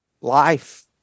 life